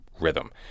rhythm